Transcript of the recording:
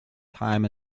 time